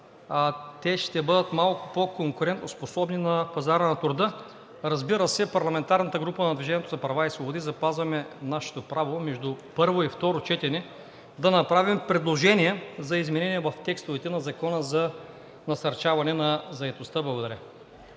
ще бъдат малко по-конкурентоспособни на пазара на труда. Разбира се, парламентарната група на „Движение за права и свободи“ запазваме нашето право между първо и второ четене да направим предложения за изменения в текстовете на Закона за насърчаване на заетостта. Благодаря.